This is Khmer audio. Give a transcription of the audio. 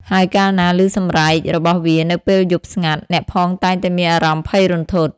ហើយកាលណាឮសម្រែករបស់វានៅពេលយប់ស្ងាត់ អ្នកផងតែងតែមានអារម្មណ៍ភ័យរន្ធត់។